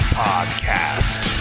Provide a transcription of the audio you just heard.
podcast